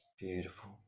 beautiful